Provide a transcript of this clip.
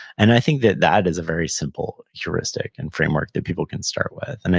and, i think that that is a very simple heuristic and framework that people can start with, and i,